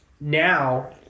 Now